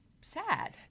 sad